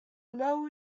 low